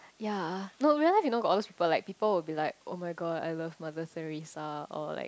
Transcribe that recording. yea no real life you know got all those people like people would be like [oh]-my-god I love Mother-Theresa or like